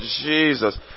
Jesus